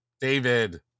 David